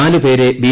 നാല് പേരെ ബി